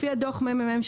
לפי דוח הממ"מ,